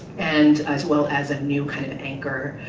and as well as a new kind of anchor,